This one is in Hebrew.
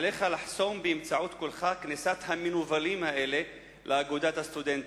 עליך לחסום באמצעות קולך כניסת המנוולים האלה לאגודת הסטודנטים.